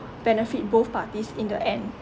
benefit both parties in the end